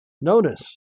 Notice